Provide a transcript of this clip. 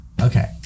Okay